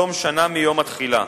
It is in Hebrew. בתום שנה מיום התחילה,